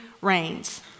rains